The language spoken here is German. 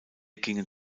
gingen